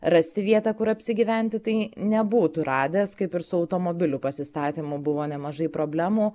rasti vietą kur apsigyventi tai nebūtų radęs kaip ir su automobilių pasistatymu buvo nemažai problemų